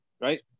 right